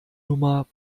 nummer